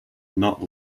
not